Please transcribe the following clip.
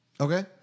Okay